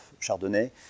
Chardonnay